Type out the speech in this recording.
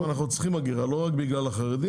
בעצם אנחנו צריכים אגירה, לא רק בגלל החרדים.